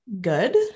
good